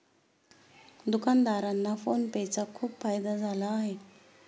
दुकानदारांना PhonePe चा खूप फायदा झाला आहे